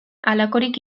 halakorik